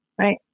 Right